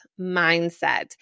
mindset